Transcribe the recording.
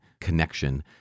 connection